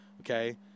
okay